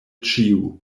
ĉiu